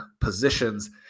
positions